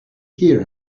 hear